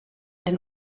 den